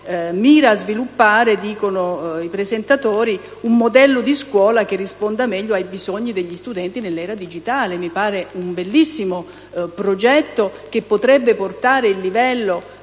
mira a sviluppare - dicono i presentatori - un modello di scuola che risponda meglio ai bisogni degli studenti nell'era digitale. Mi sembra un bellissimo progetto, che potrebbe portare la